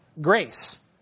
grace